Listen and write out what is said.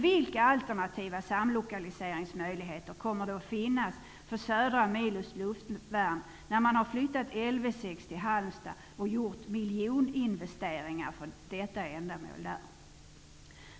Vilka alternativa samlokaliseringsmöjligheter kommer det att finnas för södra milots luftvärn, när man har flyttat Lv 6 till Halmstad och gjort miljoninvesteringar där för detta ändamål?